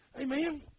Amen